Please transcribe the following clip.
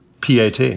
PAT